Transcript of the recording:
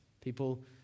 people